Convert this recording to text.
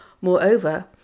Moreover